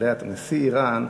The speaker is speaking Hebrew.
נשיא איראן,